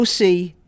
OC